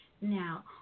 Now